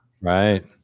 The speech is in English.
Right